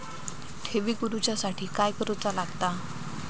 ठेवी करूच्या साठी काय करूचा लागता?